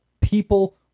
People